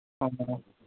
ꯑ